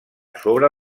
sobre